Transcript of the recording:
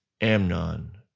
Amnon